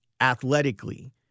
athletically